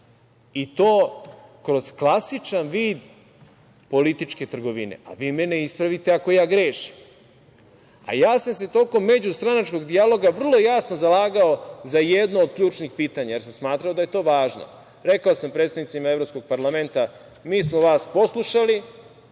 i to kroz klasičan vid političke trgovine. Vi mene ispravite ako ja grešim. Ja sam se tokom međustranačkog dijaloga vrlo jasno zalagao za jedno od ključnih pitanja, jer sam smatrao da je to važno. Rekao sam predstavnicima evropskog parlamenta - mi smo vas poslušali,